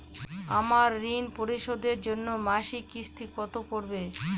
আমার ঋণ পরিশোধের জন্য মাসিক কিস্তি কত পড়বে?